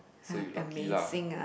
so you lucky lah